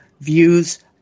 views